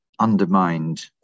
undermined